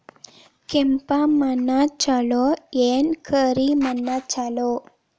ಕೆಂಪ ಮಣ್ಣ ಛಲೋ ಏನ್ ಕರಿ ಮಣ್ಣ ಛಲೋ?